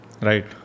right